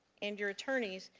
and your attorneys,